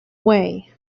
way